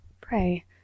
Pray